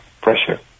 pressure